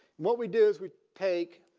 what we do is we take